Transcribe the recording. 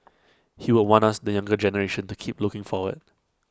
he would want us the younger generation to keep looking forward